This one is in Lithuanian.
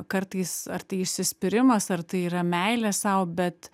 kartais ar tai įsispyrimas ar tai yra meilė sau bet